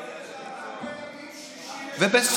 בימים שישי ושבת.